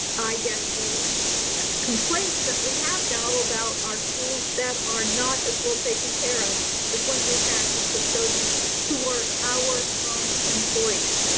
i guess, the complaints that we have now about our schools that are not as well taken care of is when we had the custodians who were our own employees.